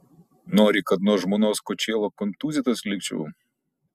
nori kad nuo žmonos kočėlo kontūzytas likčiau